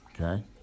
okay